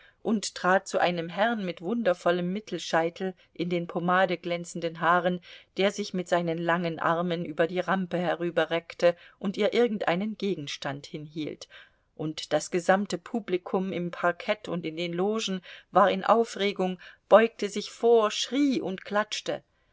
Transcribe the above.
und trat zu einem herrn mit wundervollem mittelscheitel in den pomadeglänzenden haaren der sich mit seinen langen armen über die rampe herüberreckte und ihr irgendeinen gegenstand hinhielt und das gesamte publikum im parkett und in den logen war in aufregung beugte sich vor schrie und klatschte